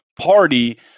party